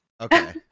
Okay